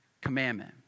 commandment